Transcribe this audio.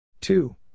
Two